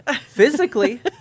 physically